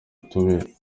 tube